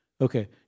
Okay